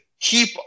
keep